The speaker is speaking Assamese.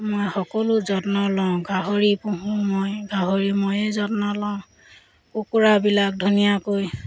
মই সকলো যত্ন লওঁ গাহৰি পুহোঁ মই গাহৰি ময়েই যত্ন লওঁ কুকুৰাবিলাক ধুনীয়াকৈ